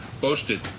boasted